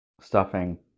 stuffing